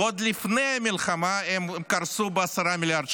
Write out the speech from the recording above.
ועוד לפני המלחמה הן קרסו ב-10 מיליארד שקלים,